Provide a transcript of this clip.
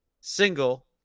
single